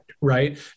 right